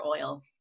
oil